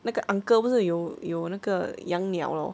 那个 uncle 不是有有那个养鸟 lor